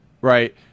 right